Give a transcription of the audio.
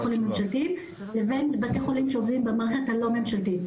חולים ממשלתיים לבין עובדים בבתי חולים לא ממשלתיים.